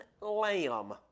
lamb